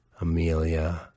Amelia